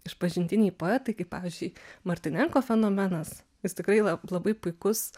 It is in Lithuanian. išpažintiniai poetai kaip pavyzdžiui martinenko fenomenas jis tikrai la labai puikus